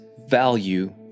value